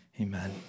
Amen